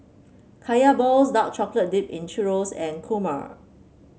Kaya Balls dark chocolate dip in churro and kurma